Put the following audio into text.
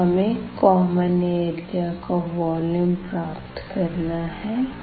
तो हमे common area का वॉल्यूम प्राप्त करना है